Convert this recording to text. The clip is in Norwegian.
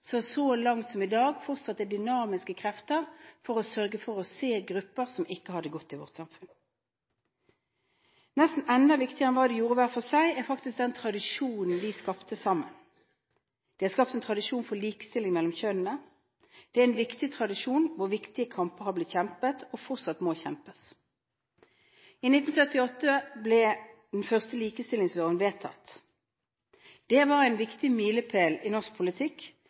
Så frem til i dag fortsatte de dynamiske krefter for å se grupper som ikke har det godt i vårt samfunn. Nesten enda viktigere enn hva de gjorde hver for seg, er faktisk den tradisjonen de skapte sammen. De har skapt en tradisjon for likestilling mellom kjønnene. Det er en viktig tradisjon, der viktige kamper har blitt kjempet og fortsatt må kjempes. I 1978 ble den første likestillingsloven vedtatt. Det var en viktig milepæl i norsk politikk,